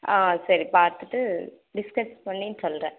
ஆ சரி பார்த்துட்டு டிஸ்கஸ் பண்ணி சொல்றேன்